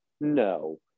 no